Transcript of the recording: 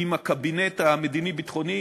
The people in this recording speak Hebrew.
עם הקבינט המדיני-ביטחוני,